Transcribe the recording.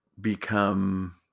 become